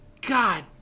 God